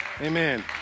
Amen